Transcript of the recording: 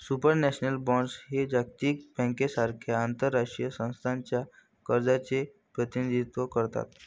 supranational bonds हे जागतिक बँकेसारख्या आंतरराष्ट्रीय संस्थांच्या कर्जाचे प्रतिनिधित्व करतात